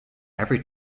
every